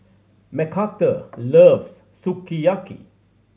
Macarthur loves Sukiyaki